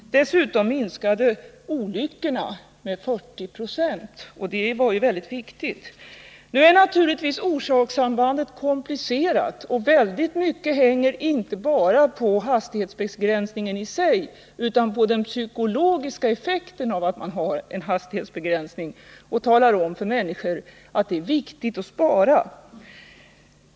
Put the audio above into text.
Dessutom minskade olyckorna med 40 96, och det var ju mycket viktigt. Nu är naturligtvis orsakssambandet komplicerat, och väldigt mycket hänger inte bara på hastighetsbegränsningen i sig utan på den psykologiska effekten av att man har en hastighetsbegränsning och talar om för människor att det är viktigt att spara.